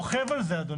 אבל זה רוכב על זה, פה.